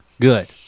good